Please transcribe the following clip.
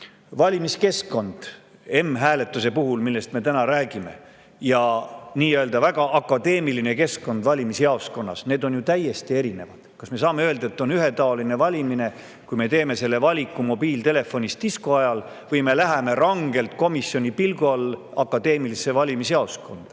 Valimiskeskkond m-hääletuse puhul, millest me täna räägime, ja nii-öelda akadeemiline keskkond valimisjaoskonnas – need on ju täiesti erinevad. Kas me saame öelda, et on ühetaoline valimine, kui me teeme selle valiku mobiiltelefonis disko ajal või me läheme rangelt komisjoni pilgu all olevasse valimisjaoskonda